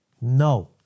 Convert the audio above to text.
No